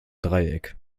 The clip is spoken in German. dreieck